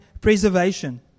preservation